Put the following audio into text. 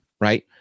right